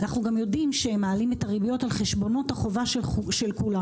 אנחנו גם יודעים שהם מעלים את הריביות על חשבונות החובה של כולנו.